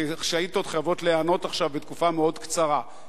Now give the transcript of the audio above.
ששאילתות חייבות להיענות עכשיו בתקופה מאוד קצרה.